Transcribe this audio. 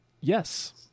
Yes